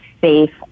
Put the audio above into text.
safe